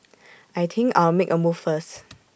I think I'll make A move first